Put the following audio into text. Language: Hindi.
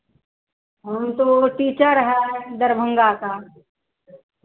हम तो टीचर हैं दरभंगा का